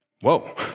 Whoa